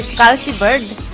calci bird.